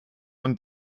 und